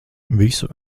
visu